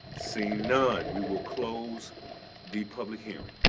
seeing none, we will close the public hearing.